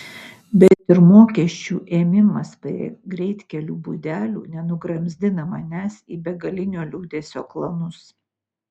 bet ir mokesčių ėmimas prie greitkelių būdelių nenugramzdina manęs į begalinio liūdesio klanus